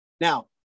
Now